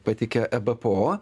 pateikia ebpo